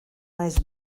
naiz